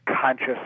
conscious